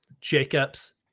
Jacobs